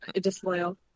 disloyal